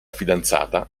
fidanzata